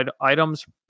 items